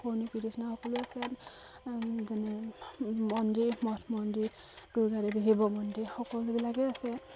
পুৰণি কৃৰ্তিচিহ্ণ সকলো আছে যেনে মন্দিৰ মঠ মন্দিৰ দূৰ্গা দেৱী শিৱ মন্দিৰ সকলোবিলাকেই আছে